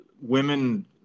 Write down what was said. women